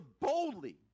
boldly